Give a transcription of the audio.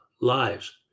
lives